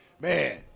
man